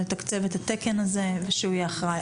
לתקצב את התקן הזה ושהוא יהיה אחראי.